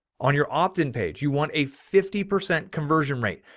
on your opt in page, you want a fifty percent conversion rate.